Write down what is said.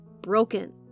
broken